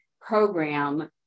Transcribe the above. program